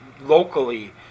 locally